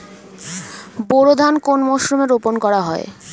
বোরো ধান কোন মরশুমে রোপণ করা হয়?